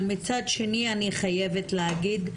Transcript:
אבל מצד שני, אני חייבת להגיד,